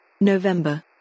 November